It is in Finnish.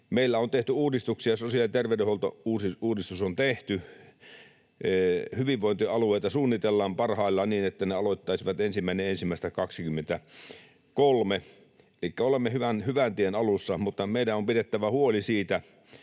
Meillä on tehty uudistuksia: sosiaali- ja terveydenhuoltouudistus on tehty, hyvinvointialueita suunnitellaan parhaillaan niin, että ne aloittaisivat 1.1.2023. Elikkä olemme hyvän tien alussa, mutta meidän on pidettävä huoli siitä,